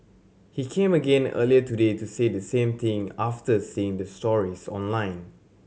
he came again earlier today to say the same thing after seeing the stories online